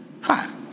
Five